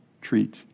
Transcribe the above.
treat